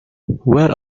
where